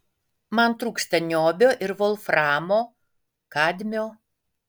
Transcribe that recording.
man trūksta niobio ir volframo kadmio